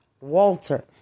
Walter